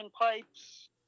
pipes